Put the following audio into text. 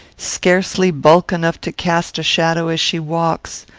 scarcely bulk enough to cast a shadow as she walks,